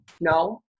No